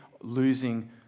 losing